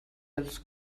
els